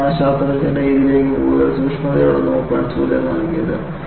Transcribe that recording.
അതാണ് ശാസ്ത്രജ്ഞരെ ഇതിനെ കൂടുതൽ സൂക്ഷ്മതയോടെ നോക്കാൻ സൂചന നൽകിയത്